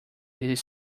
his